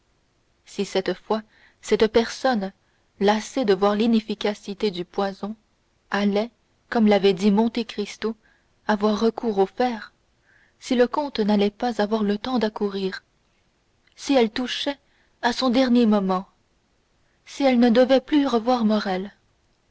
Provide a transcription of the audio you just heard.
si cette fois cette personne lassée de voir l'inefficacité du poison allait comme l'avait dit monte cristo avoir recours au fer si le comte n'allait pas avoir le temps d'accourir si elle touchait à son dernier moment si elle ne devait plus revoir